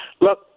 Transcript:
look